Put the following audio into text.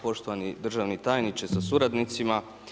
Poštovani državni tajniče sa suradnicima.